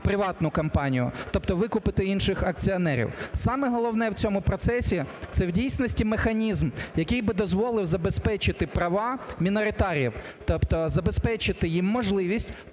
приватну компанію, тобто викупити інших акціонерів. Саме головне в цьому процесі, це, в дійсності, механізм, який би дозволив забезпечити права міноритаріїв, тобто забезпечити їм можливість